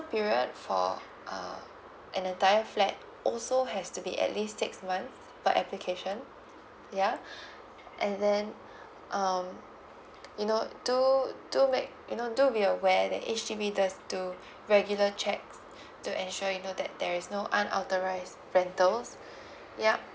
period for uh an entire flat also has to be at least six month per application ya and then um you know do do make you know do be aware that H_D_B does do regular check to ensure you know that there is no unauthorised rentals ya